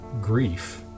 grief